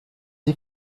sie